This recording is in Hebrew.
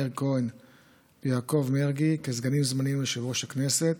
מאיר כהן ויעקב מרגי לסגנים זמניים ליושב-ראש הכנסת.